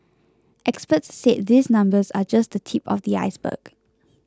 experts said these numbers are just the tip of the iceberg